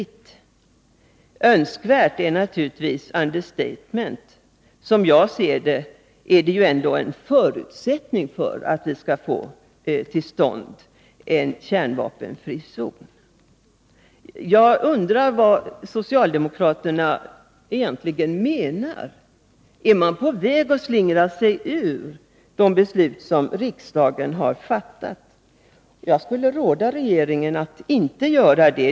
Ordet ”önskvärt” är naturligtvis ett understatement. Som jag ser det är detta en förutsättning för att vi skall få till stånd en kärnvapenfri zon. Jag undrar vad socialdemokraterna egentligen menar. Är man på väg att slingra sig bort från de beslut som riksdagen har fattat? Jag skulle råda regeringen att inte göra det.